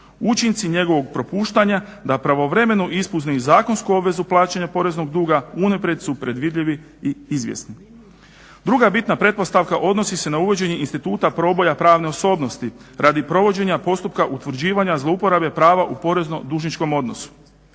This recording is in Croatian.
Učinci njegovog propuštanja da pravovremeno ispuni zakonsku obvezu plaćanja poreznog duga unaprijed su predvidljivi i izvjesni. Druga bitna pretpostavka odnosi se na uvođenje instituta proboja pravne osobnosti radi provođenja postupka utvrđivanja zlouporabe prava u porezno-dužničkom odnosu.